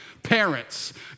Parents